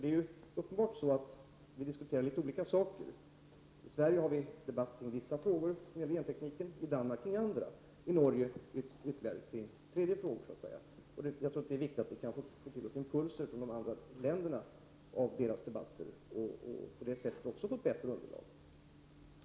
Det är uppenbart att vi diskuterar olika saker i de nordiska länderna. I Sverige förs en debatt kring vissa frågor när det gäller genteknik, i Danmark debatterar man andra frågor och i Norge en tredje typ av frågor. Jag tror att det är viktigt att vi får impulser från debatterna i de andra länderna och på det sättet får ett bättre underlag.